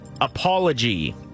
apology